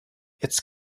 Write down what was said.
its